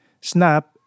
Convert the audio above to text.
Snap